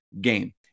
game